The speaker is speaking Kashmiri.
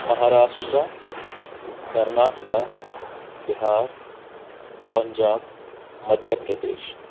مہراشٹرا کرناٹکا بہار پنٛچاب مدیاپردیش